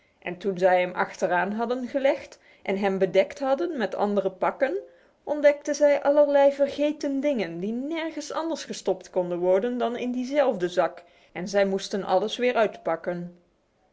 en toen zij hem achteraan hadden gelegd en hem bedekt hadden met andere pakken ontdekte zij allerlei vergeten dingen die nergens anders gestopt konden worden dan in diezelfde zak en zij moesten alles weer uitpakken